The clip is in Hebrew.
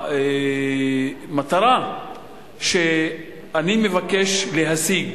המטרה שאני מבקש להשיג